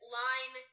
line